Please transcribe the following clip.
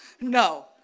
No